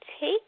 take